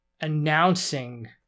announcing